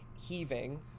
heaving